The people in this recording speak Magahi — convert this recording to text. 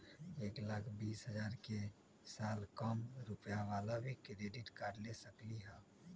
एक लाख बीस हजार के साल कम रुपयावाला भी क्रेडिट कार्ड ले सकली ह?